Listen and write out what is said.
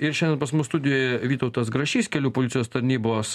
ir šiandien pas mus studijoje vytautas grašys kelių policijos tarnybos